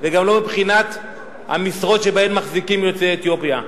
וגם לא מבחינת המשרות שבהן יוצאי אתיופיה מחזיקים.